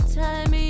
time